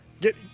get